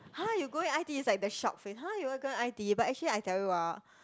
!huh! you going i_t_e is like the shocked face !huh! you going i_t_e but actually I tell you ah